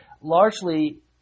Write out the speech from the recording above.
largely